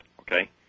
okay